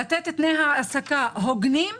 לתת תנאי העסקה הוגנים,